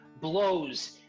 blows